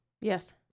Yes